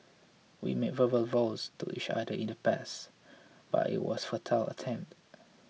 we made verbal vows to each other in the past but it was a futile attempt